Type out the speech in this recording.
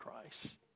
Christ